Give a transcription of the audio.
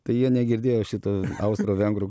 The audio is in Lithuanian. tai jie negirdėjo šitų austrovengrų